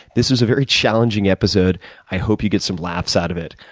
this was a very challenging episode, i hope you get some laughs out of it,